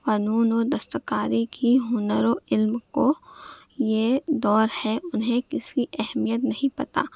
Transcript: فنون و دستکاری کی ہنر و علم کو یہ دور ہے انھیں کسی کی اہمیت نہیں پتہ